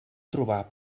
trobar